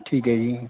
ਠੀਕ ਹੈ ਜੀ